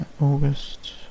August